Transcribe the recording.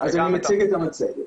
איפה החסמים,